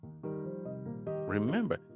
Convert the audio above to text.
Remember